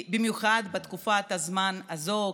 במיוחד בתקופת הזמן הזאת,